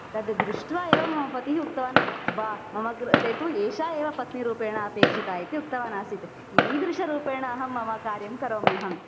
तद् दृष्ट्वा एवं पतिः उक्तवान् वा मम कृते तु एषा एव पत्नीरूपेण अपेक्षिता इति उक्तवान् आसीत् ईदृशरूपेण अहं मम कार्यं करोम्यहं